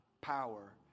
power